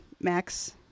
Max